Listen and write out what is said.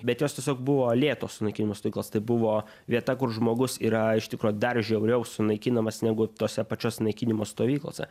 bet jos tiesiog buvo lėtos sunaikinimo stovyklos tai buvo vieta kur žmogus yra iš tikro dar žiauriau sunaikinamas negu tose pačiose naikinimo stovyklose